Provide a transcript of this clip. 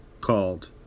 called